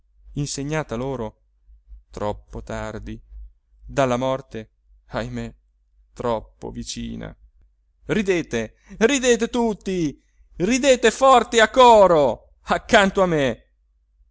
insegnata loro troppo tardi dalla morte ahimè troppo vicina ridete ridete tutti ridete forte a coro accanto a me